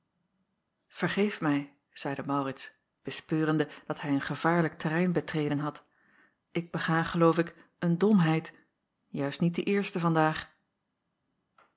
vergeef mij zeide maurits bespeurende dat hij een gevaarlijk terrein betreden had ik bega geloof ik een domheid juist niet de eerste vandaag